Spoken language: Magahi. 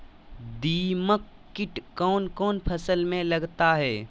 दीमक किट कौन कौन फसल में लगता है?